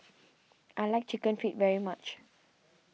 I like Chicken Feet very much